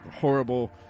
horrible